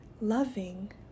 loving